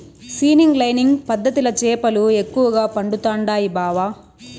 seining lining పద్ధతిల చేపలు ఎక్కువగా పడుతండాయి బావ